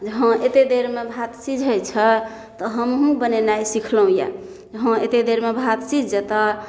जे हँ एते देरमे भात सीझै छै तऽ हमहुँ बनेनाइ सिखलहुॅं यऽ जे हँ एते देरमे भात सिझ जतै